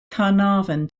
carnarvon